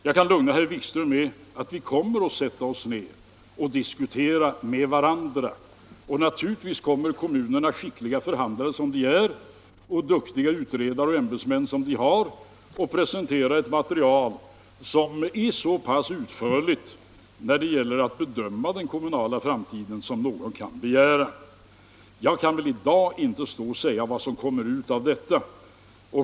Jag kan alltså lugna herr Wikström med att vi kommer att sätta oss ner och diskutera med varandra, och naturligtvis kommer kommunerna, skickliga förhandlare som de är och duktiga utredare och ämbetsmän som de har, att presentera ett material som är så pass utförligt när det gäller att bedöma den kommunala framtiden som någon begära. Men jag kan väl i dag inte stå och säga vad som kommer ut av detta.